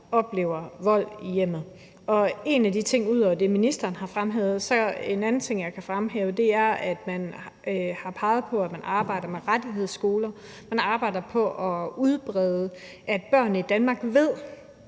oplever vold i hjemmet. Og en af de ting, jeg kan fremhæve, ud over det, ministeren har fremhævet, er, at man har peget på, at man arbejder med rettighedsskoler. Man arbejder på at udbrede, at børnene i Danmark ved,